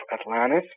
Atlantis